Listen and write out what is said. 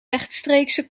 rechtstreekse